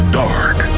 dark